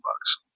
bucks